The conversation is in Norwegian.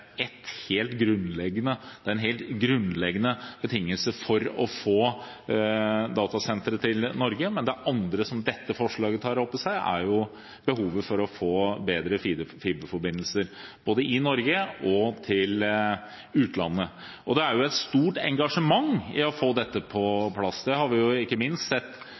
Det er en helt grunnleggende betingelse for å få datasentre til Norge, men det andre som dette forslaget tar opp i seg, er behovet for å få bedre fiberforbindelser, både i Norge og til utlandet. Det er et stort engasjement for å få dette på plass. Det har vi ikke minst sett